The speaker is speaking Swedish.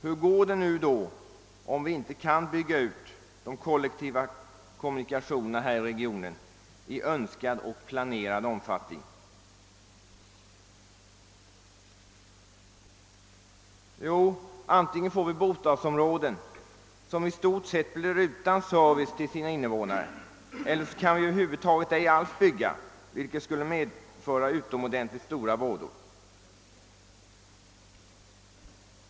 Hur går det då om vi inte kan bygga ut de kollektiva kommunikationerna inom regionen i önskad och planerad omfattning? Det ena alternativet är att vi får bostadsområden som i stort sett inte har någon service för sina invånare, det andra är att vi över huvud taget inte alls kan bygga några nya bostadsområden, vilket skulle medföra utomordentligt stora vådor.